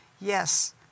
Yes